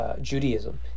Judaism